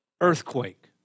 earthquake